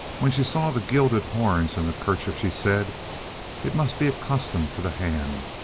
when she saw the gilded horns and the kerchief she said it must be accustomed to the hand,